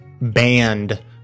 banned